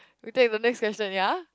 we take the next question ya